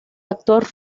actor